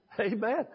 Amen